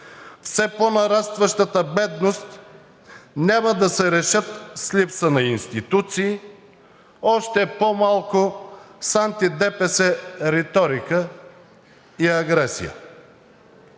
все по-нарастващата бедност няма да се решат с липсата на институции, още по-малко с анти ДПС реторика и агресия.